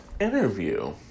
interview